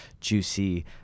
juicy